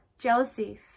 jealousy